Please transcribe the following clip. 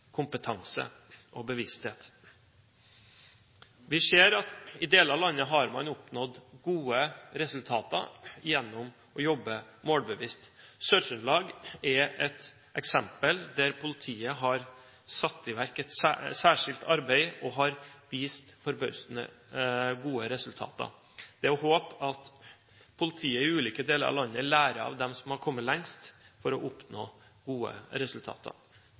kompetanse og bevissthet. Vi ser at i deler av landet har man oppnådd gode resultater gjennom å jobbe målbevisst. Sør-Trøndelag er et eksempel der politiet har satt i verk et særskilt arbeid og som har vist forbausende gode resultater. Det er å håpe at politiet i ulike deler av landet lærer av dem som har kommet lengst, for å oppnå gode resultater.